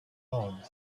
own